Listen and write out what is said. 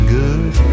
good